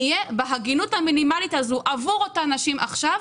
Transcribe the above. נהיה בהגינות המינימלית הזאת עבור אותן נשים עכשיו.